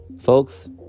Folks